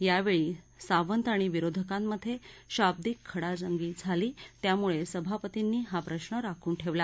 यावेळी सावंत आणि विरोधकांमध्ये शाब्दिक खडाजंगी झाली त्यामुळे सभापतींनी हा प्रश्न राखून ठेवला